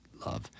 love